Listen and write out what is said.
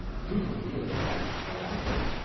didn't really invent the light bulb.